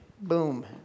Boom